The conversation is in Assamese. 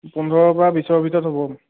পোন্ধৰৰ পৰা বিছৰ ভিতৰত হ'ব